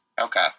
Okay